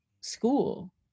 school